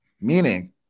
Meaning